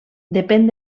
depèn